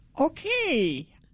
Okay